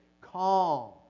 calm